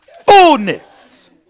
fullness